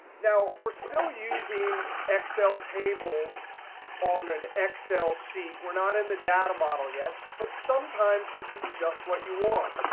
now, we're still using excel tables on an excel sheet. we're not in the data model yet. but sometimes this is just what you want.